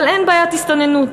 אבל אין בעיית הסתננות.